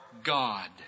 God